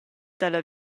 dalla